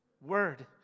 Word